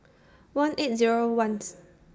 one eight Zero one's